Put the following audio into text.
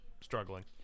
struggling